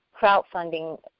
crowdfunding